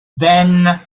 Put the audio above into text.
then